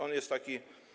On jest taki.